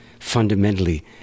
Fundamentally